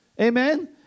amen